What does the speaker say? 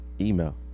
email